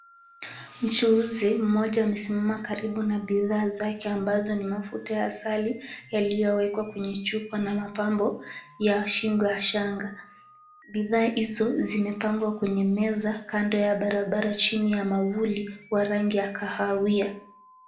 Mchuuzi mmoja amesimama karibu na bidhaa zake ambazo ni mafuta ya asali yaliyowekwa kwenye chupa na mapambo ya shingo ya shanga. Bidhaa hizo zimepangwa kwenye meza kando ya barabara chini ya mwavuli wa rangi ya kahawia.